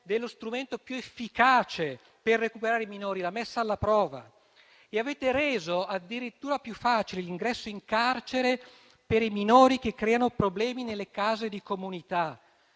dello strumento più efficace per recuperare i minori, ossia la messa alla prova; avete reso addirittura più facile l'ingresso in carcere per i minori che creano problemi nelle case di comunità.